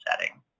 setting